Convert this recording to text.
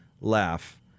laugh